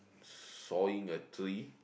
sawing a tree